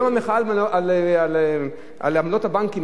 היום המחאה על עמלות הבנקים,